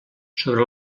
sobre